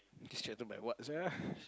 strapped to by what sia